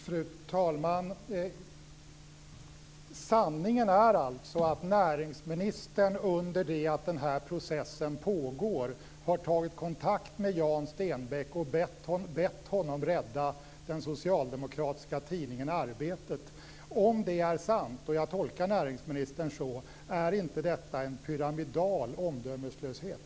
Fru talman! Sanningen är alltså att näringsministern under det att processen pågår har tagit kontakt med Jan Stenbeck och bett honom rädda den socialdemokratiska tidningen Arbetet. Om det är sant - och jag tolkar näringsministern så - är inte detta en pyramidal omdömeslöshet?